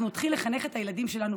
אנחנו נתחיל לחנך את הילדים שלנו,